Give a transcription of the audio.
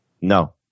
No